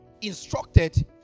instructed